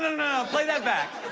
play that back.